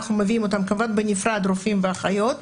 אנחנו מביאים אותם, כמובן בנפרד רופאים ואחיות,